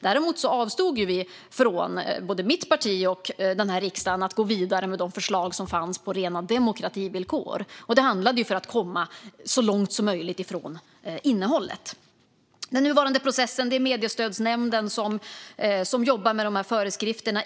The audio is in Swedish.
Däremot avstod vi - både mitt parti och riksdagen - från att gå vidare med de förslag som fanns om rena demokrativillkor. Det handlade om att komma så långt som möjligt från innehållet. När det gäller den nuvarande processen är det mediestödsnämnden som jobbar med föreskrifterna.